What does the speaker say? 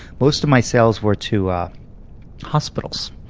most of my sales were to hospitals,